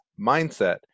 mindset